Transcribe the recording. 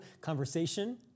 conversation